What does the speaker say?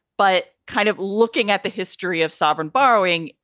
but kind of looking at the history of sovereign borrowing.